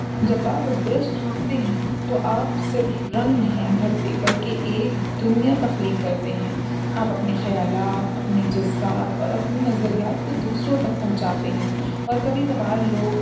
جب آپ برش تھامتے ہیں تو آپ صرف رنگ نہیں بھرتے بلکہ ایک دنیا تخلیق کرتے ہیں آپ اپنے خیالات اپنے جذبات اور اپنی نظریات کو دوسروں تک پہنچاتے ہیں اور کبھی کبھار لوگ